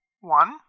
One